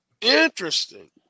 interesting